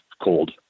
cold